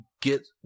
get